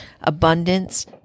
abundance